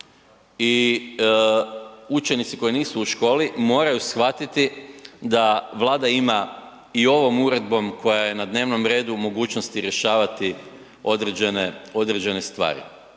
i učenici koji nisu u školi, moraju shvatiti da Vlada ima i ovom uredbom koja je na dnevnom redu, mogućnosti rješavati određene stvari,